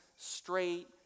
straight